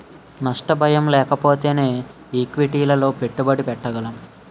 నష్ట భయం లేకపోతేనే ఈక్విటీలలో పెట్టుబడి పెట్టగలం